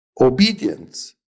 Obedience